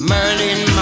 Merlin